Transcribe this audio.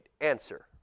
answer